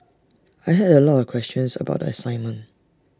I had A lot of questions about the assignment